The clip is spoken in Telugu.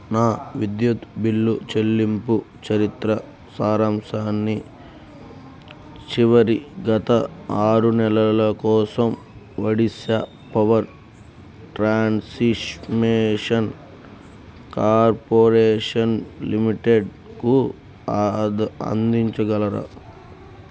నా విద్యుత్ బిల్లు చెల్లింపు చరిత్ర సారాంశాన్ని చివరి గత ఆరు నెలల కోసం ఒడిశా పవర్ ట్రాన్సిష్మేషన్ కార్పోరేషన్ లిమిటెడ్కు అందించగలరా